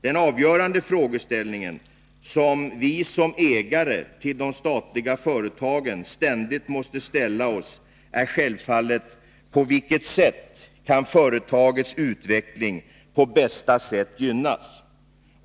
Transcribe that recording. Den avgörande fråga som vi som ägare till de statliga företagen ständigt måste ställa oss är självfallet: På vilket sätt kan företagets utveckling mest gynnas?